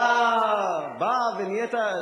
אתה בא ונהיית,